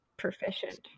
proficient